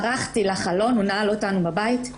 הוא נעל אותנו בבית.